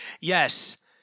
yes